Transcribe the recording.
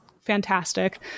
fantastic